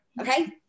Okay